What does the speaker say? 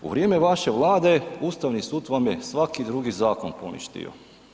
U vrijeme vaše Vlade Ustavni sud vam je svaki drugi zakon poništio.